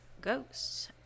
ghosts